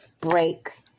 break